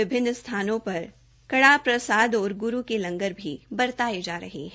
विभिन्न सथानों पर कड़ाह प्रसाद और ग्रू की लंगर भी बरताये जा रहे है